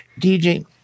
DJ